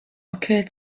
occurred